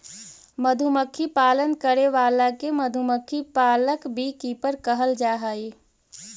मधुमक्खी पालन करे वाला के मधुमक्खी पालक बी कीपर कहल जा हइ